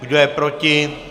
Kdo je proti?